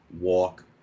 walk